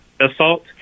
assault